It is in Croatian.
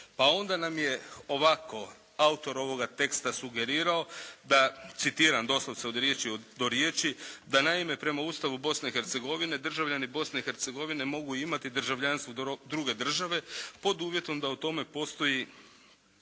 pa onda nam je ovako autor ovoga teksta sugerirao da citiram doslovce od riječi do riječi da naime prema Ustavu Bosne i Hercegovine državljani Bosne i Hercegovine mogu imati državljanstvo druge države, pod uvjetom da o tome postoji